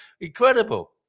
Incredible